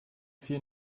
vier